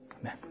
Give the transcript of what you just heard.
amen